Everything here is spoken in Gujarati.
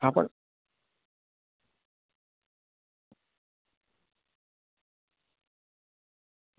હા પણ